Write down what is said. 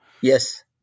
Yes